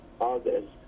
August